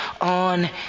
on